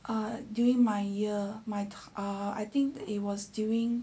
err during my year my err I think it was during